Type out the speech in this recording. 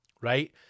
right